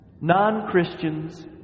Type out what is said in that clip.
Non-Christians